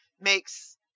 makes